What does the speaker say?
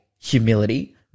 humility